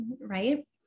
Right